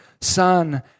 Son